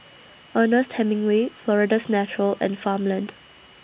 Ernest Hemingway Florida's Natural and Farmland